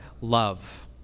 love